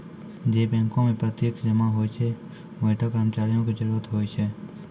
जै बैंको मे प्रत्यक्ष जमा होय छै वैंठा कर्मचारियो के जरुरत होय छै